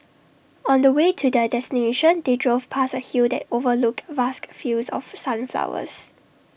on the way to their destination they drove past A hill that overlooked vast fields of sunflowers